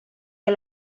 que